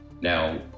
Now